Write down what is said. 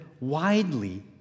widely